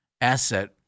asset